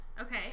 Okay